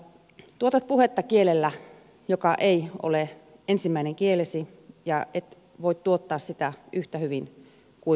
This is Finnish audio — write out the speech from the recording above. tuotat puhetta kielellä joka ei ole ensimmäinen kielesi ja et voi tuottaa sitä yhtä hyvin kuin kuuleva